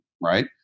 right